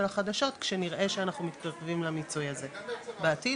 החדשות כשנראה שאנחנו מתקרבים למיצוי הזה בעתיד,